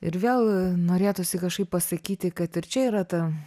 ir vėl norėtųsi kažkaip pasakyti kad ir čia yra ta